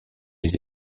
les